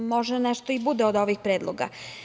Možda nešto i bude od ovih predloga.